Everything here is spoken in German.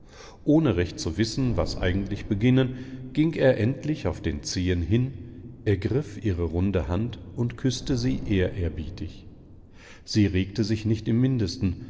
ohne recht zu wissen was eigentlich beginnen ging er endlich auf den zehen hin ergriff ihre runde hand und küßte sie ehrerbietig sie regte sich nicht im mindesten